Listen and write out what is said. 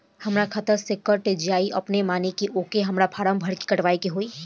हमरा खाता से कट जायी अपने माने की आके हमरा फारम भर के कटवाए के होई?